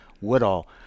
woodall